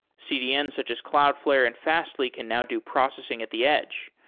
cdn such as cloud, flare and fastly can now do processing at the edge.